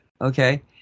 okay